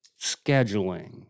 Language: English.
scheduling